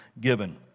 given